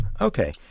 Okay